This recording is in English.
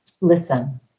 listen